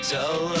Tell